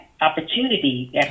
opportunity